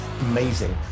amazing